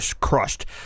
crushed